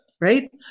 right